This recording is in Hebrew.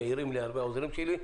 מעירים לי הרבה העוזרים שלי,